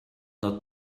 not